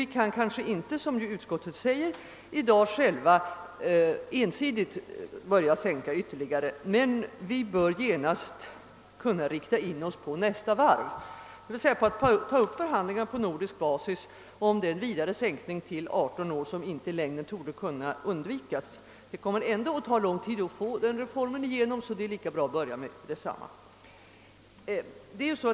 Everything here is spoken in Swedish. Vi kan kanske inte — som utskottet säger — i dag själva ensidigt börja sänka den ytterligare, men vi bör genast kunna rikta in oss på nästa etapp, det vill säga på att ta upp förhandlingar på nordisk basis om den ytterligare sänkning till 18 år, som inte i längden torde kunna undvikas. Det kommer att ta lång tid att genomdriva denna reform, så det är lika bra att börja genast.